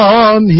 on